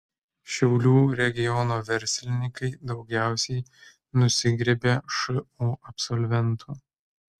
šiaulių regiono verslininkai daugiausiai nusigriebia šu absolventų